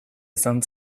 izan